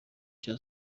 cya